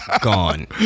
Gone